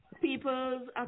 people's